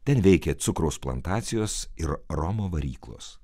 ten veikė cukraus plantacijos ir romo varyklos